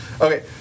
Okay